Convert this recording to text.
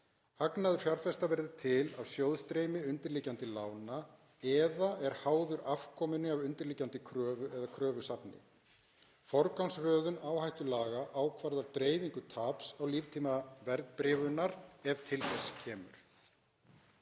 Hagnaður fjárfesta verður til af sjóðstreymi undirliggjandi lána, eða er háður afkomunni af undirliggjandi kröfu eða kröfusafni. Forgangsröðun áhættulaga ákvarðar dreifingu taps á líftíma verðbréfunar ef til þess kemur.